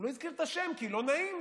הוא לא הזכיר את השם, כי לא נעים.